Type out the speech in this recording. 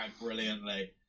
brilliantly